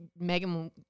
Megan